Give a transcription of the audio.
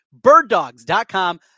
Birddogs.com